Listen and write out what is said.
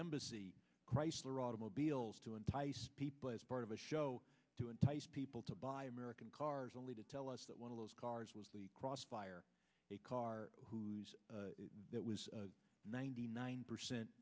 embassy chrysler automobiles to entice people as part of a show to entice people to buy american cars only to tell us that of those cars was the crossfire a car whose that was ninety nine percent